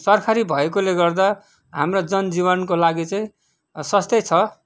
सरकारी भएकोले गर्दा हाम्रा जन जीवनको लागि चाहिँ सस्तै छ